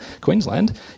Queensland